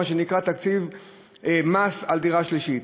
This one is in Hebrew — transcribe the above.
מה שנקרא מס על דירה שלישית.